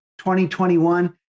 2021